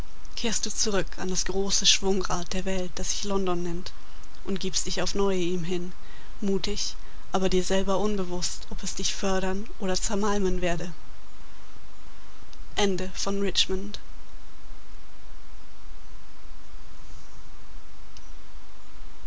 kehrst du zurück an das große schwungrad der welt das sich london nennt und gibst dich aufs neue ihm hin mutig aber dir selber unbewußt ob es dich fördern oder zermalmen werde